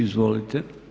Izvolite.